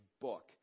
book